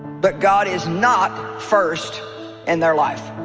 but god is not first in their life